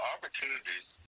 opportunities